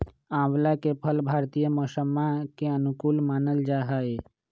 आंवला के फल भारतीय मौसम्मा के अनुकूल मानल जाहई